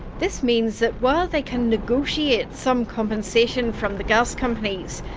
this means that, while they can negotiate some compensation from the gas companies,